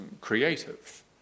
creative